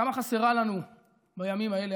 כמה חסרה לנו בימים האלה